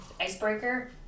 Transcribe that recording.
icebreaker